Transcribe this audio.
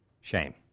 shame